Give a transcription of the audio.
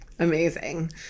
Amazing